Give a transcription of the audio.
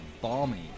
balmy